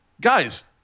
guys